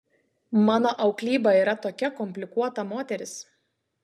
mano auklyba yra tokia komplikuota moteris